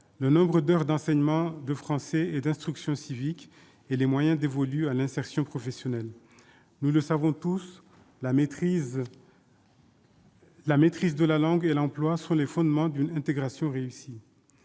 le nombre d'heures d'enseignement de français et d'instruction civique, ainsi que les moyens dévolus à l'insertion professionnelle. Nous le savons tous, la maîtrise de la langue et l'emploi sont les fondements d'une intégration réussie.